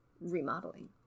remodeling